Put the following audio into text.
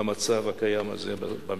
למצב הקיים הזה במגזר.